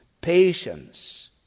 patience